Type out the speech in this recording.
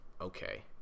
Okay